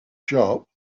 shop